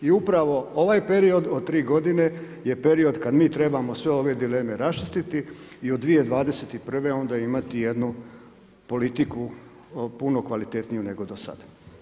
I upravo ovaj period od tri godine je period kad mi trebamo sve ove dileme raščistiti i od 2021. onda imati jednu politiku puno kvalitetniju nego do sada.